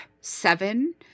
seven